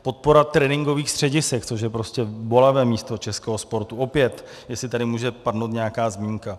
Podpora tréninkových středisek, což je prostě bolavé místo českého sportu, opět jestli tady může padnout nějaká zmínka.